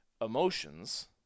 emotions